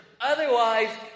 Otherwise